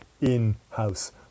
in-house